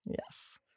Yes